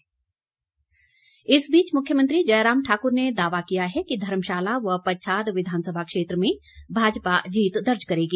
जयराम इस बीच मुख्यमंत्री जयराम ठाकुर ने दावा किया है कि धर्मशाला व पच्छाद विधानसभा क्षेत्र में भाजपा जीत दर्ज करेगी